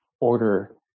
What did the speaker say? order